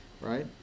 right